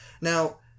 Now